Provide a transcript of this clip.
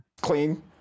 clean